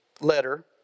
letter